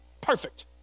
perfect